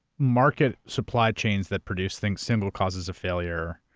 market supply chains that produce things, simple causes of failure,